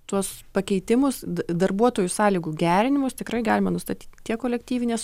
tuos pakeitimus darbuotojų sąlygų gerinimus tikrai galima nustatyt tiek kolektyvinės